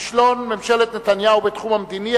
כישלון ממשלת נתניהו בתחום המדיני,